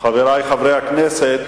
חברי חברי הכנסת,